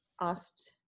asked